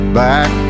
back